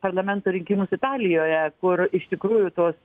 parlamento rinkimus italijoje kur iš tikrųjų tos